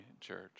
church